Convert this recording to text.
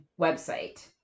website